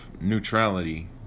neutrality